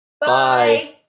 bye